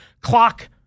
clock